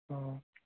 অঁ